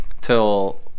till